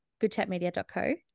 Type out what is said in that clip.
goodchatmedia.co